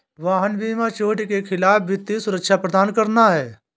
वाहन बीमा चोट के खिलाफ वित्तीय सुरक्षा प्रदान करना है